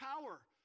power